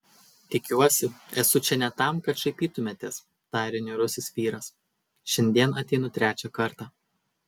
tikiuosi esu čia ne tam kad šaipytumėtės tarė niūrusis vyras šiandien ateinu trečią kartą